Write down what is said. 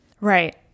Right